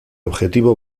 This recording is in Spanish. objetivo